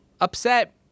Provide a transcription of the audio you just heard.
upset